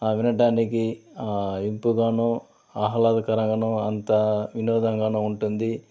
వినటానికి ఇంపుగాను ఆహ్లాదకరంగాను అంతా వినోదంగాను ఉంటుంది